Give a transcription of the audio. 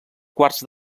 quarts